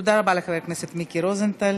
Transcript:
תודה רבה לחבר הכנסת מיקי רוזנטל.